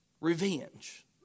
revenge